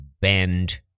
bend